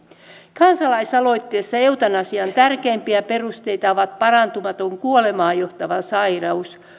kansalaisaloitteessa eutanasian tärkeimpiä perusteita ovat parantumaton kuolemaan johtava sairaus